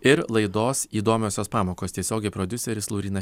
ir laidos įdomiosios pamokos tiesiogiai prodiuseris laurynas